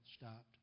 stopped